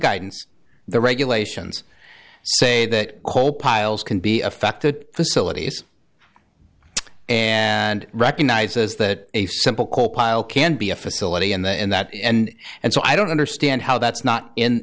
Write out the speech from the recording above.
guidance the regulations say that coal piles can be affected facilities and recognizes that a simple coal pile can be a facility and the and that and and so i don't understand how that's not in